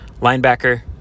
linebacker